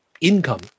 income